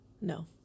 no